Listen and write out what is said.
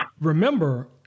remember